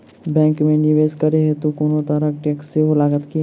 Bank मे निवेश करै हेतु कोनो तरहक टैक्स सेहो लागत की?